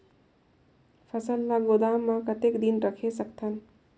फसल ला गोदाम मां कतेक दिन रखे सकथन?